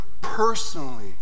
personally